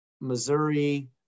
Missouri